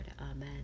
Amen